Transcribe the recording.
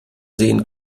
sehen